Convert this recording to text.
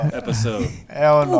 episode